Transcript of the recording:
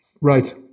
right